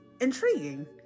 intriguing